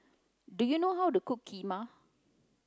do you know how to cook Kheema